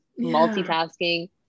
multitasking